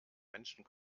menschen